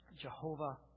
Jehovah